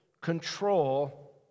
control